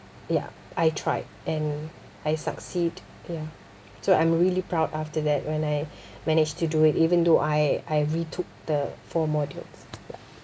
yup I tried and I succeed ya so I'm really proud after that when I managed to do it even though I I retook the four modules ya